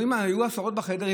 היו עשרות בחדר,